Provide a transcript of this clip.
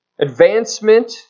advancement